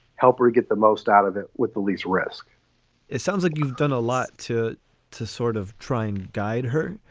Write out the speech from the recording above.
help her get the most out of it with the least risk it sounds like you've done a lot to to sort of try and guide her.